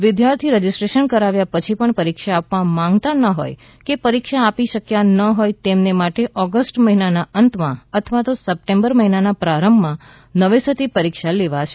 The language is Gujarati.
વિદ્યાર્થી રજીસ્ટ્રેશન કરાવ્યા પછી પણ પરીક્ષા આપવા માંગતા ન હોય કે પરીક્ષા આપી શકતા ન હોય તેમને માટે ઓગસ્ટ મહિનાના અંતમાં અથવા તો સપ્ટેમ્બર મહિનાના પ્રારંભમાં નવેસરથી પરીક્ષા લેવાશે